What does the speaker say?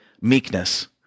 meekness